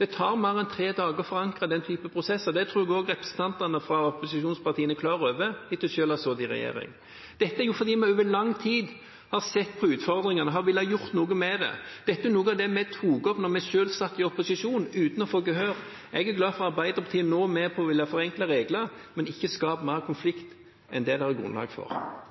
Det tar mer enn tre dager å forankre denne typen prosess. Det tror jeg også representantene fra opposisjonspartiene er klar over, etter selv å ha sittet i regjering. Dette er fordi vi over lang tid har sett på utfordringene og har villet gjøre noe med det. Dette er noe av det vi tok opp da vi selv satt i opposisjon, uten å få gehør. Jeg er glad for at Arbeiderpartiet nå er med på å ville forenkle regler, men en må ikke skape mer konflikt enn det er grunnlag for.